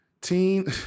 Teen